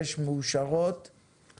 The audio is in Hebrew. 26 אושרו אנחנו נמשיך את הדיון הזה ברצף עד השעה